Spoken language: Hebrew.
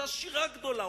אותה שירה גדולה,